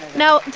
now,